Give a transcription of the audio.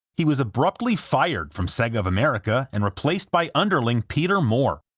he was abruptly fired from sega of america and replaced by underling peter moore,